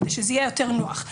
כדי שזה יהיה יותר נוח.